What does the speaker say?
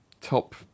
top